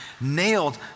nailed